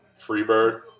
Freebird